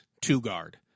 two-guard